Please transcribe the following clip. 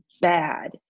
bad